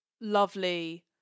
lovely